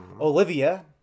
Olivia